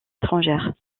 étrangères